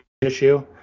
issue